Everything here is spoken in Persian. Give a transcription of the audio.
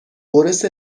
برس